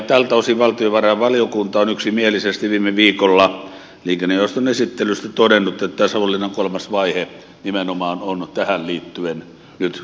tältä osin valtiovarainvaliokunta on yksimielisesti viime viikolla liikennejaoston esittelystä todennut että tämä savonlinnan kolmas vaihe nimenomaan on tähän liittyen nyt hoidettava